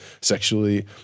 sexually